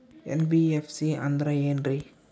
NBFC ಅಂದ್ರ ಏನ್ರೀ?